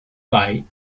fight